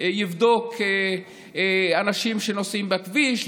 יבדוק אנשים שנוסעים בכביש,